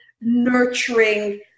nurturing